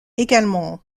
également